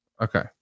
Okay